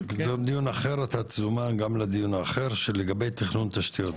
אתה תזומן גם לדיון האחר לגבי תכנון התשתיות.